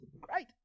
Great